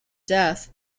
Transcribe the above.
death